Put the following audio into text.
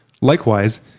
Likewise